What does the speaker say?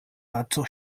paco